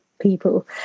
people